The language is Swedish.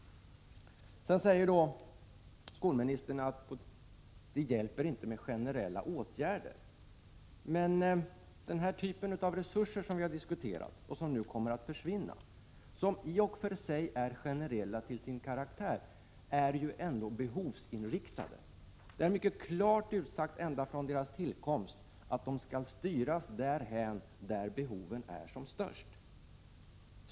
Skolministern säger vidare att det hjälper inte med generella åtgärder. Men resurser av den typ som vi har diskuterat och som nu kommer att försvinna — resurser som i och för sig är generella till sin karaktär — är ju ändå behovsinriktade. Det är mycket klart utsagt ända från tillkomsten att dessa resurser skall styras dit där behoven är som störst.